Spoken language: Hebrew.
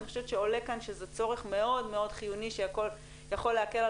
אני חושבת שעולה כאן שזה צורך מאוד מאוד חיוני שיכול להקל על